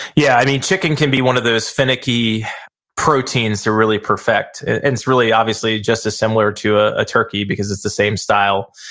yeah, chicken can be one of those finicky proteins to really perfect, and it's really obviously, just as similar to a ah turkey, because it's the same style.